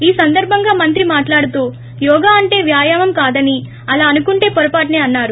ఈ సందర్బంగా మంత్రి మాట్లాడుతూ యోగ అంటే వ్యాయామం కాదని అలా అనుకుంటే హొరపాటని అన్నారు